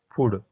Food